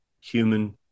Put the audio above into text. human